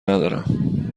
ندارم